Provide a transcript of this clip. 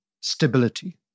stability